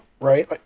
right